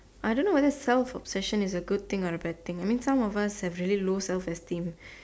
I don't know whether self obsession is a good thing or a bad thing I mean some of us have really low self esteem